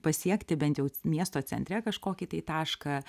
pasiekti bent jau miesto centre kažkokį tai tašką